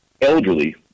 elderly